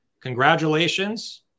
congratulations